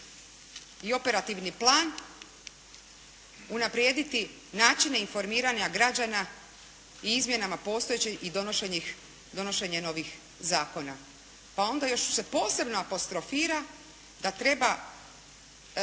i operativni plan unaprijediti načine informiranja građana i izmjenama postojećih i donošenje novih zakona. Pa onda još se posebno apostrofira da treba